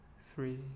three